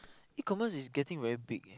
E-commerce is getting very big eh